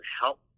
help